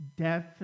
death